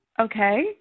Okay